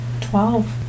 Twelve